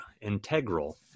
integral